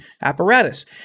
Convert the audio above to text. apparatus